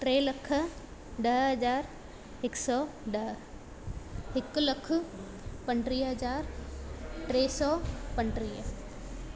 टे लख ॾह हज़ार हिकु सौ ॾह हिकु लख पंटीह हज़ार टे सौ पंटीह